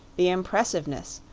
the impressiveness,